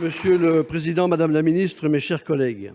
Monsieur le président, madame la ministre, mes chers collègues,